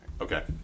Okay